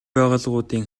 байгууллагуудын